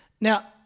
Now